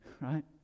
Right